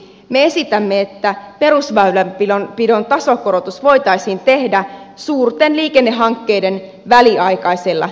me esitämme että perusväylänpidon tasokorotus voitaisiin tehdä suurten liikennehankkeiden väliaikaisella jäädyttämisellä